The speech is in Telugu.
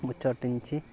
ముచ్చటించి